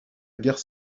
guerre